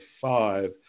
five